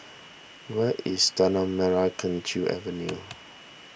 where is Tanah Merah Kechil Avenue